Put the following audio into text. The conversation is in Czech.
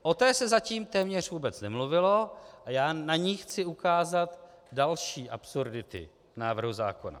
O té se zatím téměř vůbec nemluvilo a já na ní chci ukázat další absurdity návrhu zákona.